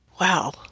Wow